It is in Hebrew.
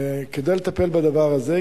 כדי לטפל בדבר הזה,